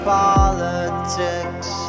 politics